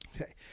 Okay